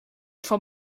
for